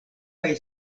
kaj